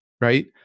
right